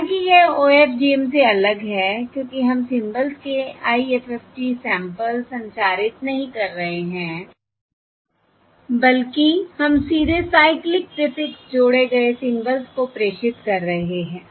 हालाँकि यह OFDM से अलग है क्योंकि हम सिम्बल्स के IFFT सैंपल्स संचारित नहीं कर रहे हैं बल्कि हम सीधे साइक्लिक प्रीफिक्स जोड़े गए सिम्बल्स को प्रेषित कर रहे हैं